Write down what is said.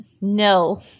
No